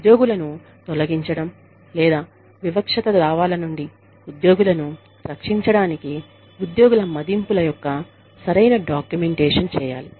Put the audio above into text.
ఉద్యోగులను తొలగించడం లేదా వివక్షత దావాల నుండి ఉద్యోగులను రక్షించడానికి ఉద్యోగుల మదింపుల యొక్క సరైన డాక్యుమెంటేషన్ చేయాలి